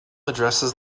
addresses